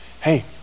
Hey